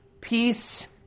peace